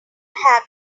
have